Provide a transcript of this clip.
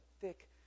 thick